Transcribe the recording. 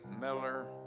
Miller